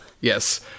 Yes